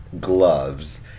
gloves